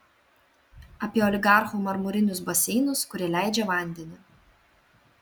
apie oligarchų marmurinius baseinus kurie leidžia vandenį